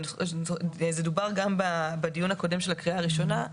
וזה דובר גם בדיון הקודם בקריאה הראשונה,